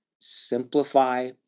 Simplify